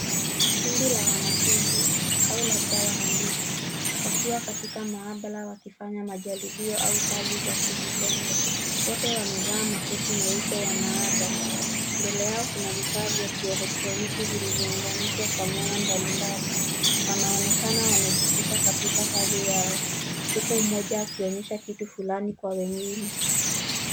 Kundi la wanafunzi au labda wahandisi wakiwa katika maabara wakifanya majaribio au kazi za kivitendo. Wote wamevaa makoti meupe ya maabara. Mbele yao kuna vifaa vya kielektroniki vilivyounganishwa kwa nyaya mbalimbali. Wanaonekana wamejikita katika kazi yao huku mmoja akionyesha kitu fulani kwa wengine.